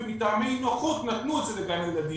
ומטעמי נוחות נתנו את זה לגן ילדים,